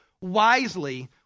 wisely